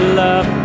love